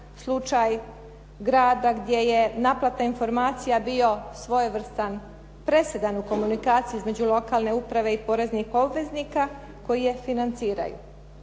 slučaj grada gdje je naplata informacija bio svojevrstan presedan u komunikaciji između lokalne uprave i poreznih obveznika koji je financiraju.